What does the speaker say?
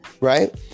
Right